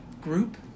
group